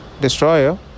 destroyer